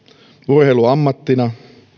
urheilu ammattina